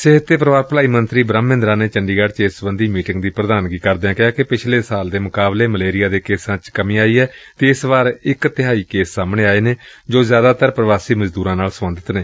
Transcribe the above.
ਸਿਹਤ ਤੇ ਪਰਿਵਾਰ ਭਲਾਈ ਮੰਤਰੀ ਬ੍ਰਹਮ ਮਹਿੰਦਰਾ ਨੇ ਚੰਡੀਗੜ੍ ਚ ਏਸ ਸਬੰਧੀ ਮੀਟਿੰਗ ਦੀ ਪ੍ਰਧਾਨਗੀ ਕਰਦਿਆਂ ਕਿਹਾ ਕਿ ਪਿਛਲੇ ਸਾਲ ਦੇ ਮੁਕਾਬਲੇ ਮਲੇਰੀਆ ਦੇ ਕੇਸਾਂ ਚ ਕਮੀ ਆਈ ਏ ਅਤੇ ਇਸ ਵਾਰ ਇਕ ਤਿਹਾਈ ਕੇਸ ਸਾਹਮਣੇ ਆਏ ਨੇ ਜੋ ਜ਼ਿਆਦਾਤਰ ਪ੍ਰਵਾਸੀ ਮਜ਼ਦੁਰਾਂ ਨਾਲ ਸਬੰਧਤ ਨੇ